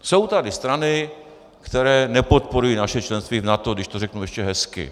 Jsou tady strany, které nepodporují naše členství v NATO, když to řeknu ještě hezky.